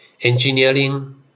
Engineering